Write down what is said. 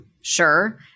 sure